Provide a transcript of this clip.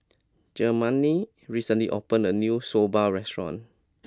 Germaine recently opened a new Soba restaurant